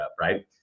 Right